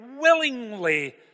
willingly